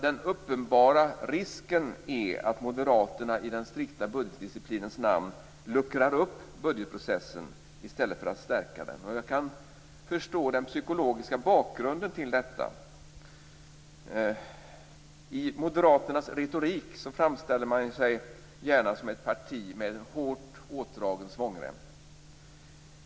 Den uppenbara risken är att Moderaterna i den strikta budgetdisciplinens namn luckrar upp budgetprocessen i stället för att stärka den. Jag kan förstå den psykologiska bakgrunden till detta. I Moderaternas retorik framställer man sig gärna som ett parti med en hårt åtdragen svångrem.